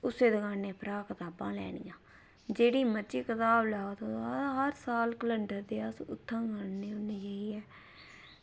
उस्सै दकानै परा कताबां लैनियां जेह्ड़ी मरज़ी कताब लैओ तुस हर केलैंडर अस उत्थां गै आह्नने होन्ने जाइयै